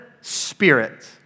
spirit